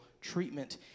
treatment